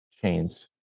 chains